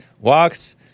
walks